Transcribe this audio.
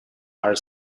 are